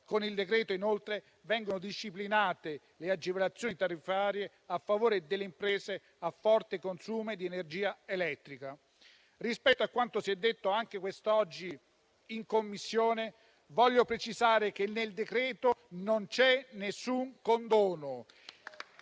Con il decreto-legge, inoltre, vengono disciplinate le agevolazioni tariffarie a favore delle imprese a forte consumo di energia elettrica. Rispetto a quanto si è detto anche quest'oggi in Commissione, desidero precisare che nel provvedimento non c'è nessun condono.